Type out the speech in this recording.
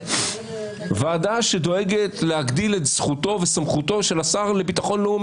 במידה מאוד משמעותית על הוועדה למינוי שופטים והיא רוצה שופטים שמרנים,